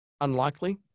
unlikely